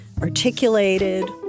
articulated